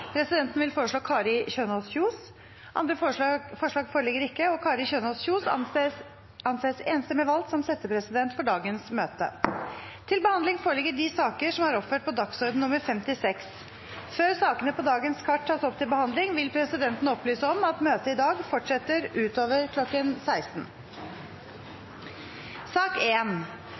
Presidenten vil foreslå Kari Kjønaas Kjos. – Andre forslag foreligger ikke, og Kari Kjønaas Kjos anses enstemmig valgt som settepresident for dagens møte. Før sakene på dagens kart tas opp til behandling, vil presidenten opplyse om at møtet i dag fortsetter utover kl. 16.